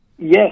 Yes